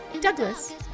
Douglas